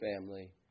family